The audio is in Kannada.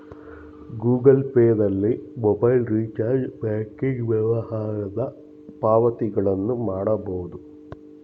ಗೂಗಲ್ ಪೇ ನಲ್ಲಿ ಮೊಬೈಲ್ ರಿಚಾರ್ಜ್, ಬ್ಯಾಂಕಿಂಗ್ ವ್ಯವಹಾರದ ಪಾವತಿಗಳನ್ನು ಮಾಡಬೋದು